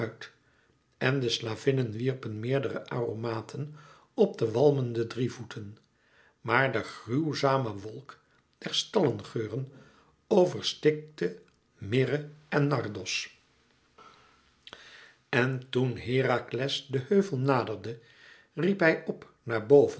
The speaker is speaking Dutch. en de slavinnen wierpen meerdere aromaten op de walmende drievoeten maar de gruwzame wolk der stallengeuren overstikte myrrhe en nardos en toen herakles den heuvel naderde riep hij p